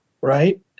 right